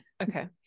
Okay